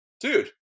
dude